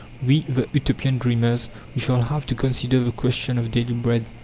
we, the utopian dreamers we shall have to consider the question of daily bread.